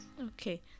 Okay